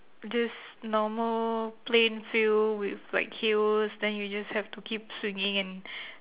just normal plain field with like hills then you just have to keep swinging and